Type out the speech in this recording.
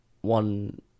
one